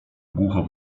głucho